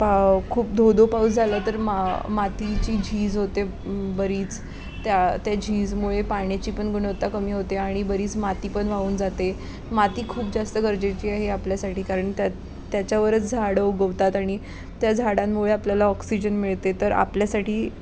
पाव खूप धो धो पाऊस झाला तर मा मातीची झीज होते बरीच त्या त्या झीजमुळे पाण्याची पण गुणवत्ता कमी होते आणि बरीच माती पण वाहून जाते माती खूप जास्त गरजेची आहे आपल्यासाठी कारण त्यात त्याच्यावरच झाडं उगवतात आणि त्या झाडांमुळे आपल्याला ऑक्सिजन मिळते तर आपल्यासाठी